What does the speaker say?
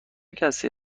کسی